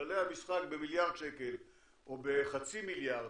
כללי המשחק במיליארד שקל או בחצי מיליארד